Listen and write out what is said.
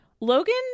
Logan